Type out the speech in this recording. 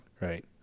Right